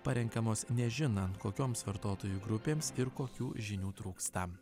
parenkamos nežinant kokioms vartotojų grupėms ir kokių žinių trūksta